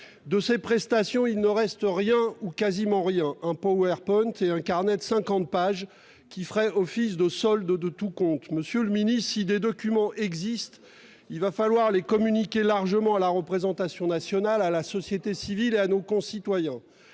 De ces prestations, il ne reste rien ou quasiment rien : un et un carnet de cinquante pages qui ferait office de solde de tout compte. Monsieur le ministre, si des documents existent, il va falloir les communiquer largement à la représentation nationale, à la société civile et à nos concitoyens